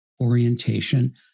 orientation